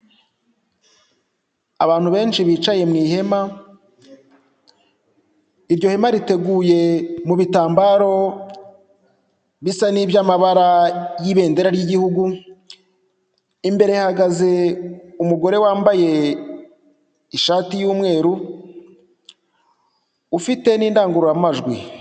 Abantu benshi bicaye mu ihemama, iryo hema riteguye mu bitambaro bisa n'iby'amabara y'ibendera ry'igihugu, imbere hahagaze umugore wambaye ishati y'umweru ufite n'indangururamajwi.